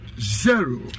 Zero